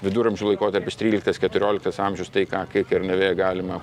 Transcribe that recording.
viduramžių laikotarpis tryliktas keturioliktas amžius tai ką kai kernavėje galima